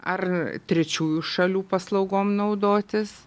ar trečiųjų šalių paslaugom naudotis